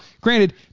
granted